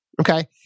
Okay